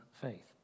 faith